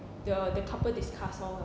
the the couple discuss lor